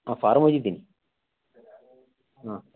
ಹಾಂ ಫಾರ್ಮ್ ಒಯ್ದಿದ್ದೀನಿ ಹಾಂ